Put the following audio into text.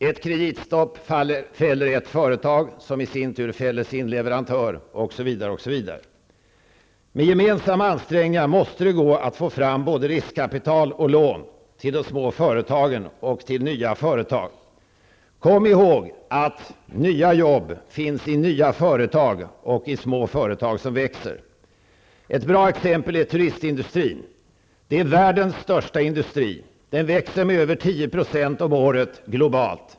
Ett kreditstopp fäller ett företag, som i sin tur fäller sin leverantör osv. Med gemensamma ansträngningar måste det gå att få fram både riskkapital och lån till små företag och till nya företag. Kom ihåg att de nya jobben finns i nya företag och i små företag som växer. Ett bra exempel är turistindustrin som är världens största industri. Den växer globalt med över 10 % om året.